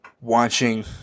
Watching